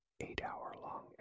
eight-hour-long